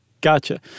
Gotcha